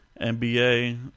NBA